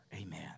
Amen